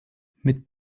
mit